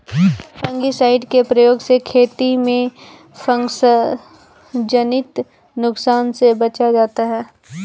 fungicide के प्रयोग से खेती में फँगसजनित नुकसान से बचा जाता है